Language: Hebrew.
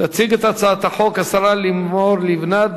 תציג את הצעת החוק השרה לימור לבנת,